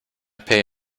pay